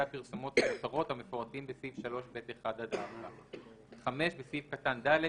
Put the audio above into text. הפרסומות המותרות המפורטים בסעיף 3(ב)(1) עד (4)."; (5)בסעיף קטן (ד),